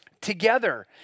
together